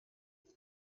wnes